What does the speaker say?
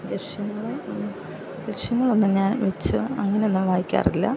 ലക്ഷ്യങ്ങൾ ഒന്നും ലക്ഷ്യങ്ങളൊന്നും ഞാൻ വച്ച് അങ്ങനെ ഒന്നും വായിക്കാറില്ല